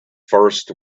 first